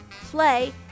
play